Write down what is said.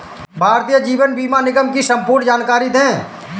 भारतीय जीवन बीमा निगम की संपूर्ण जानकारी दें?